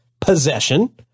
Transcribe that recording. possession